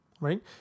right